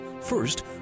First